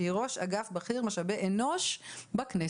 שהיא ראש אגף בכיר משאבי אנוש בכנסת.